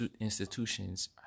institutions